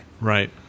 Right